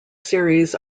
series